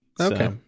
Okay